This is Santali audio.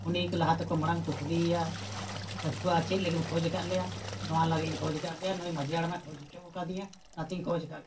ᱩᱱᱤ ᱞᱟᱦᱟ ᱛᱮᱠᱚ ᱢᱟᱲᱟᱝ ᱠᱚ ᱠᱩᱞᱤᱭᱮᱭᱟ ᱰᱟᱠᱩᱣᱟᱹ ᱪᱮᱫ ᱞᱟᱹᱜᱤᱫ ᱮᱢ ᱠᱷᱚᱡᱽ ᱟᱠᱟᱫ ᱞᱮᱭᱟ ᱱᱚᱣᱟ ᱞᱟᱹᱜᱤᱫ ᱤᱧ ᱠᱷᱚᱡᱽ ᱟᱠᱟᱫ ᱯᱮᱭᱟ ᱱᱩᱭ ᱢᱟᱺᱡᱷᱤ ᱦᱟᱲᱟᱢᱮ ᱠᱷᱚᱡᱽ ᱦᱚᱪᱚᱣ ᱠᱟᱫᱤᱧᱟ ᱚᱱᱟᱛᱤᱧ ᱠᱷᱚᱡᱽ ᱟᱠᱟᱫ ᱠᱚᱣᱟ